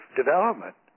development